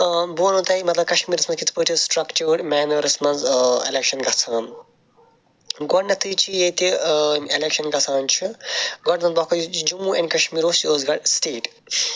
آ بہٕ وَنو تۄہہِ مَطلَب کَشمیٖرَس مَنٛز کِتھ پٲٹھۍ چھِ سٕٹرَکچٲڑ مینَرَس مَنٛز ایٚلیٚکشَن گَژھان گۄڈنیٚتھے چھِ ییٚتہِ یِم ایٚلیٚکشَن گَژھان چھِ گۄڈٕ وَنہ بہٕ اکھ کتھ جموں ایٚنڈ کَشمیٖر اوس یہِ اوس گۄڈٕ سٹیٹ